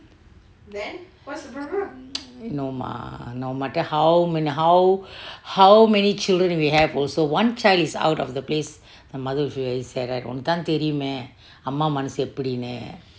no mah no matter how many how how many children we have also one child is out of the place the mother will feel very sad உனக்கு தான் தெரியும்மே அம்மா மனசு எப்டின்னே:unakku tan teriyumme amma maacu eptinne